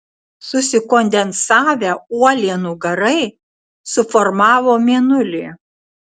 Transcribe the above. susikondensavę uolienų garai suformavo mėnulį